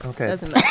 Okay